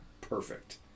perfect